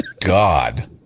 God